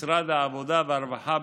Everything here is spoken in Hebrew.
משרד העבודה והרווחה,